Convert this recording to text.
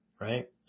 Right